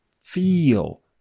feel